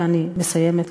ואני מסיימת,